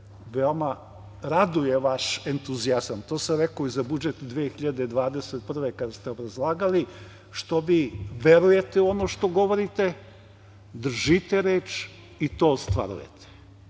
veoma raduje vaš entuzijazam, to sam rekao i za budžet 2021. godine, a kada ste obrazlagali, što vi verujete u ono što govorite, držite reč i to ostvarujete.